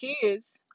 kids